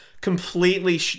completely